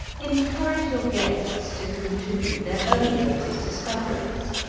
encourage your guests to contribute their own latest discoveries.